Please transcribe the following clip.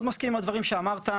מאוד מסכים עם הדברים שאמרת.